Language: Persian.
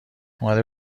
اومده